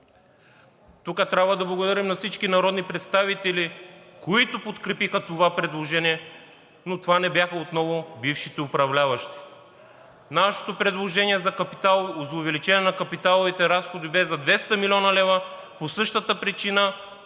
Тук трябва да благодарим на всички народни представители, които подкрепиха това предложение, но това не бяха отново бившите управляващи. Нашето предложение за увеличаване на капиталовите разходи бе за 200 млн. лв., по същата причина